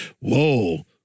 whoa